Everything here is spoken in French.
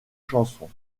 chansons